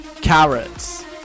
carrots